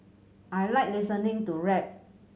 I like listening to rap